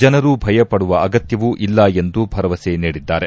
ಜನರು ಭಯಪಡುವ ಅಗತ್ಲವೂ ಇಲ್ಲ ಎಂದು ಭರವಸೆ ನೀಡಿದ್ದಾರೆ